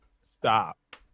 Stop